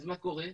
מה קורה?